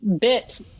bit